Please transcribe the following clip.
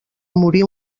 morir